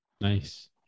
Nice